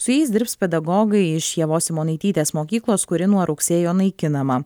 su jais dirbs pedagogai iš ievos simonaitytės mokyklos kuri nuo rugsėjo naikinama